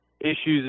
issues